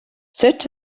sut